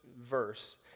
verse